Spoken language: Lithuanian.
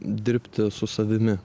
dirbti su savimi